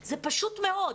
זה פשוט מאוד.